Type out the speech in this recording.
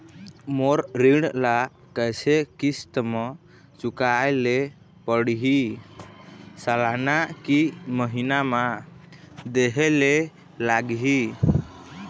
मोर ऋण ला कैसे किस्त म चुकाए ले पढ़िही, सालाना की महीना मा देहे ले लागही?